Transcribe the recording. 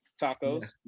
Tacos